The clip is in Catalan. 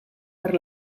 per